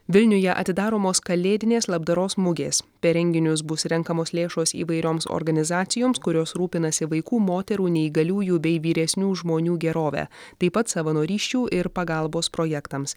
vilniuje atidaromos kalėdinės labdaros mugės per renginius bus renkamos lėšos įvairioms organizacijoms kurios rūpinasi vaikų moterų neįgaliųjų bei vyresnių žmonių gerove taip pat savanorysčių ir pagalbos projektams